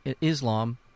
Islam—